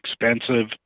expensive